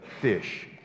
fish